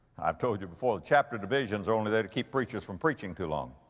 i've told you before the chapter divisions are only there to keep preachers from preaching too long.